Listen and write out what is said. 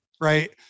right